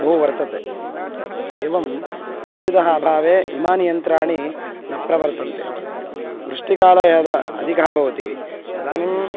बहु वर्तते एवं विद्युतः अभावेन इमानि यन्त्राणि न प्रवर्तन्ते वृष्टिकालः यदा अधिकः भवति तदानीम्